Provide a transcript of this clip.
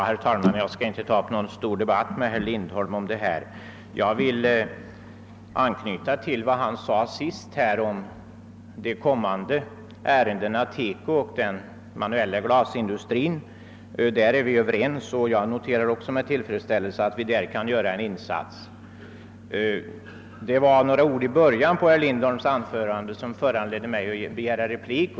Herr talman! Jag skall inte ta upp någon större debatt med herr Lindholm om denna sak. Jag vill anknyta till vad herr Lindholm senast sade om TEKO industrin och om den manuella glasindustrin. Därom är vi överens, och jag noterar med tillfredsställelse att vi också där kan göra en insats. Det var emellertid några ord i början av herr Lindholms anförande som föranledde mig att begära replik.